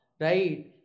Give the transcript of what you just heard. right